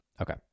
Okay